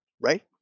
right